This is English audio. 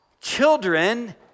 Children